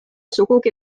sugugi